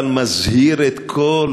אבל מזהיר את כל